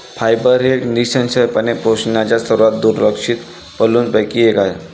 fibre हे निःसंशयपणे पोषणाच्या सर्वात दुर्लक्षित पैलूंपैकी एक आहे